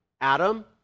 Adam